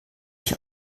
ich